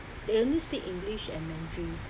they only speak english and mandarin